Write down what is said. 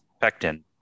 pectin